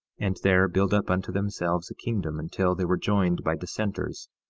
and there build up unto themselves a kingdom, until they were joined by dissenters,